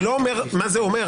אני לא אומר מה זה אומר,